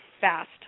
fast